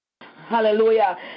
Hallelujah